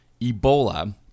Ebola